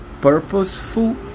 Purposeful